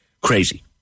crazy